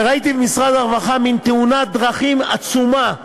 וראיתי במשרד הרווחה מין תאונת דרכים עצומה,